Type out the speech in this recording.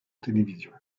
télévision